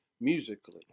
musically